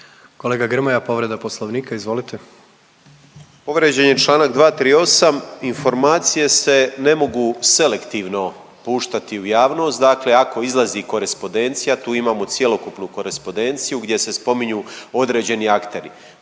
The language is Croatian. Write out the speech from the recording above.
Kolega Grmoja povreda Poslovnika, izvolite. **Grmoja, Nikola (MOST)** Povrijeđen je čl. 238., informacije se ne mogu selektivno puštati u javnost, dakle ako izlazi korespondencija, tu imamo cjelokupnu korespondenciju gdje se spominju određeni akteri.